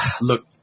look